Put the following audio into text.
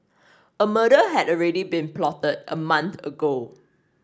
a murder had already been plotted a month ago